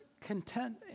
content